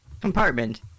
compartment